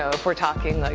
if we're talking, like,